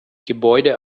gebäude